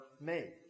made